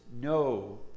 no